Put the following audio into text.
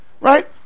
Right